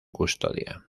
custodia